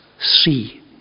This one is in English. See